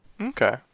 Okay